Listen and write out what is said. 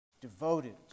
devoted